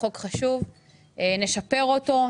נשפר אותו,